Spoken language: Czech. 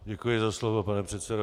Děkuji za slovo, pane předsedo.